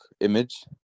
image